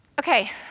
Okay